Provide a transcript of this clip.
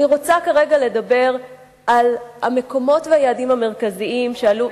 אני רוצה כרגע לדבר על המקומות והיעדים המרכזים שעלו.